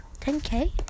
10k